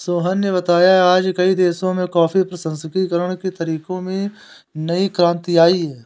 सोहन ने बताया आज कई देशों में कॉफी प्रसंस्करण के तरीकों में नई क्रांति आई है